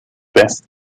best